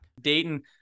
Dayton